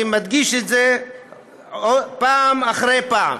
אני מדגיש את זה פעם אחר פעם.